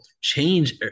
change